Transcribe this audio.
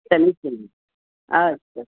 समीचीनम् अस्तु